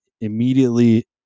immediately